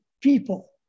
people